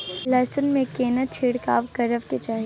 लहसुन में केना छिरकाव करबा के चाही?